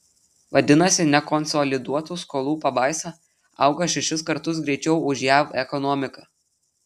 vadinasi nekonsoliduotų skolų pabaisa auga šešis kartus greičiau už jav ekonomiką